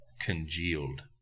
congealed